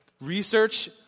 research